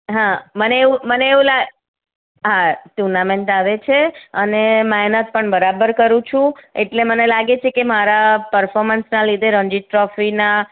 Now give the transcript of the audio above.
હાં મને એવું મને એવું લાગે હાં ટુર્નામેંટ આવે છે અને મહેનત પણ બરાબર કરું છું એટલે મને લાગે છે કે મારા પરફોર્મન્સના લીધે રણજીત ટ્રોફીના